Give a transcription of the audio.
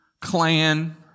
clan